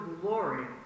glory